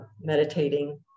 meditating